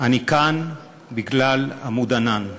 אני כאן בגלל "עמוד ענן",